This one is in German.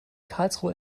karlsruhe